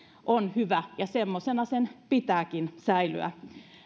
on hyvä ja semmoisena sen pitääkin säilyä